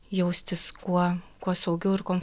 jaustis kuo kuo saugiau ir kuo